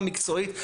זה בדיוק המצב.